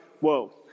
whoa